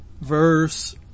verse